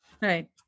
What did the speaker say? Right